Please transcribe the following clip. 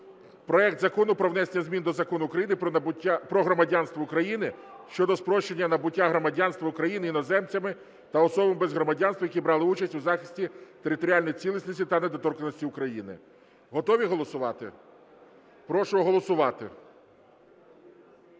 проект Закону про внесення змін до Закону України "Про громадянство України" щодо спрощення набуття громадянства України іноземцями та особами без громадянства, які брали участь у захисті територіальної цілісності та недоторканності України. Готові голосувати? Прошу голосувати.